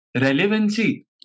Relevancy